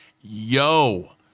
Yo